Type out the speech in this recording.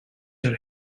your